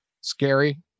Scary